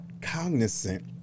cognizant